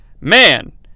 Man